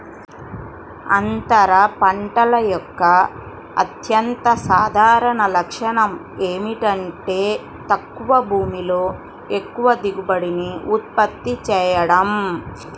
అంతర పంటల యొక్క అత్యంత సాధారణ లక్ష్యం ఏమిటంటే తక్కువ భూమిలో ఎక్కువ దిగుబడిని ఉత్పత్తి చేయడం